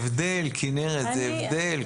כנרת, זה הבדל.